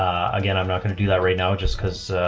again, i'm not going to do that right now, just cause, ah,